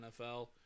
NFL